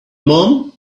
mom